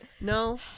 No